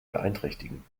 beeinträchtigen